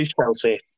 Chelsea